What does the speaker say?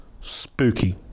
spooky